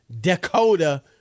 Dakota